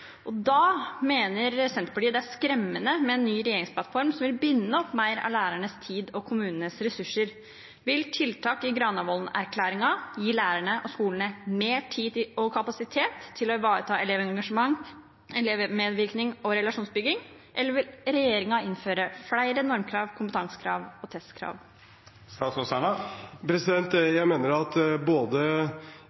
Da mener Senterpartiet det er skremmende med en ny regjeringsplattform, som vil binde opp mer av lærernes tid og kommunenes ressurser. Vil tiltak i Granavolden-erklæringen gi lærerne og skolene mer tid og kapasitet til å ivareta elevengasjement, elevmedvirkning og relasjonsbygging, eller vil regjeringen innføre flere normkrav, kompetansekrav og